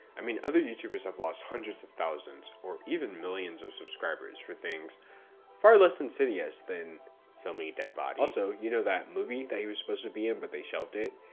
i mean, other youtubers have lost hundreds of thousands or even millions of subscribers for things far less insidious than filming dead body. also, you know that movie that he was supposed to be in but they shelved it?